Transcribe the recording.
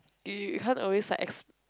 you you you can't always like ex~